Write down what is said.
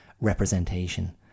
representation